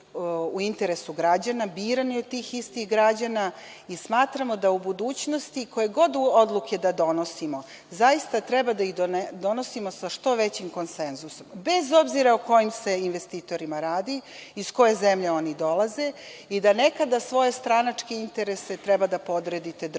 u interesu građana, birani od tih istih građana i smatramo da u budućnosti, koje god odluke da donosimo, zaista treba da ih donosimo sa što većim konsenzusom, bez obzira o kojim se investitorima radi, iz koje zemlje oni dolaze i da nekada svoje stranačke interese treba da podredite državnim.